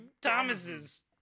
Thomas's